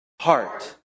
heart